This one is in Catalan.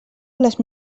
les